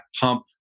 pump